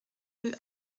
rue